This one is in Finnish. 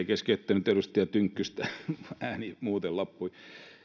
keskeyttänyt edustaja tynkkystä ääni muuten loppui